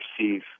receive